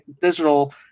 Digital